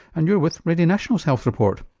and you're with radio national's health report